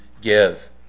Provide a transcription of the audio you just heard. give